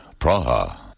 Praha